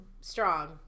strong